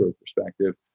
perspective